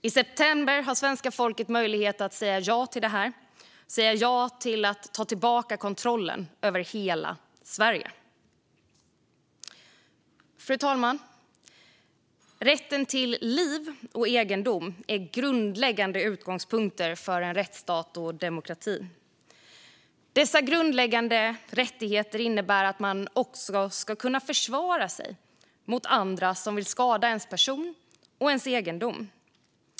I september har svenska folket möjlighet att säga ja till detta - säga ja till att ta tillbaka kontrollen över hela Sverige. Fru talman! Rätten till liv och egendom är grundläggande utgångspunkter för en rättsstat och demokrati. Dessa grundläggande rättigheter innebär att man också ska kunna försvara sig mot andra som vill skada ens person eller ens egendom.